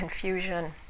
confusion